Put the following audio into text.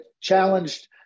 challenged